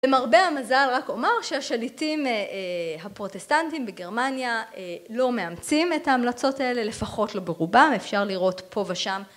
למרבה המזל רק אומר שהשליטים הפרוטסטנטים בגרמניה לא מאמצים את ההמלצות האלה, לפחות לא ברובם, אפשר לראות פה ושם.